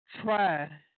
try